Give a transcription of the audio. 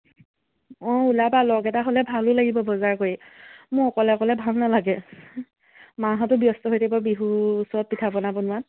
অঁ উলাবা লগ এটা হ'লে ভালো লাগিব বজাৰ কৰি মোৰ অকলে অকলে ভাল নালাগে মাহঁতো ব্যস্ত হৈ যাব বিহুৰ ওচৰত পিঠা পনা বনোৱাত